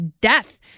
death